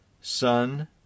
son